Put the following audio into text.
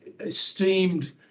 esteemed